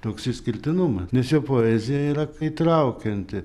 toks išskirtinumas nes jo poezija yra įtraukianti